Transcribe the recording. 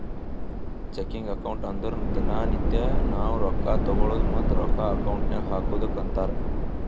checking account ಅಂದುರ್ ದಿನಾ ನಿತ್ಯಾ ನಾವ್ ರೊಕ್ಕಾ ತಗೊಳದು ಮತ್ತ ರೊಕ್ಕಾ ಅಕೌಂಟ್ ನಾಗ್ ಹಾಕದುಕ್ಕ ಅಂತಾರ್